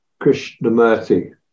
Krishnamurti